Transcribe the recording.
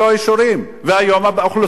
והיום האוכלוסייה בבעיה.